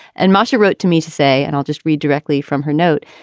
and masha wrote to me to say and i'll just read directly from her note.